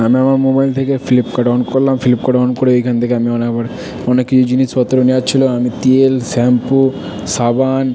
আমি আমার মোবাইল থেকে ফ্লিপকার্ট অন করলাম ফ্লিপকার্ট অন করে এইখান থেকে আমি অনেকবার ফোনে কিছু জিনিসপত্র নেওয়ার ছিলো আমি তেল শ্যাম্পু সাবান